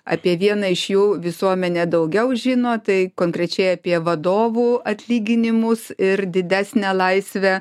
apie vieną iš jų visuomenė daugiau žino tai konkrečiai apie vadovų atlyginimus ir didesnę laisvę